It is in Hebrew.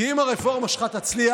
כי אם הרפורמה שלך תצליח,